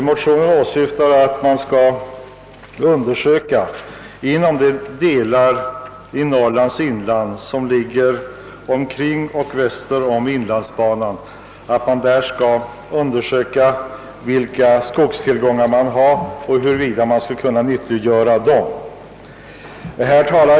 Motionärerna begär att man inom de delar av Norrlands inland som ligger omkring och väster om inlandsbanan skall undersöka vilka skogstillgångar som finns och om de kan nyttiggöras.